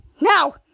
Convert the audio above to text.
Now